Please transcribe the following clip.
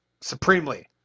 supremely